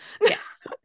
Yes